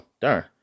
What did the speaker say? Darn